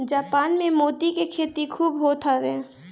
Japan में मोती के खेती खूब होत हवे